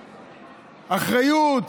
אחריות.